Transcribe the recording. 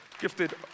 gifted